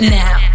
now